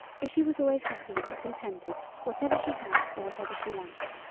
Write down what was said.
for she was always happy and contented whatever she had or whatever she lacked